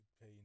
pay